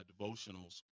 devotionals